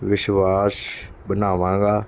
ਵਿਸ਼ਵਾਸ ਬਣਾਵਾਂਗਾ